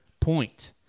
point